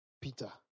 Peter